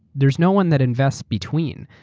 thereaeurs no one that invests between.